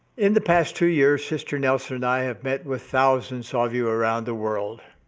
in the past two years, sister nelson and i have met with thousands ah of you around the world.